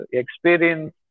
experience